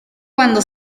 cuando